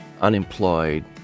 unemployed